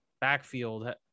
backfield